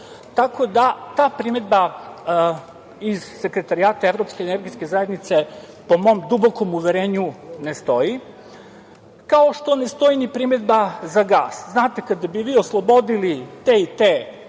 Tako da, ta primedba iz Sekretarijata evropske energetske zajednice, po mom dubokom uverenju, ne stoji, kao što ne stoji ni primedba za gas. Znate, kada bi vi oslobodili te i te